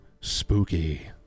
spooky